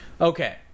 Okay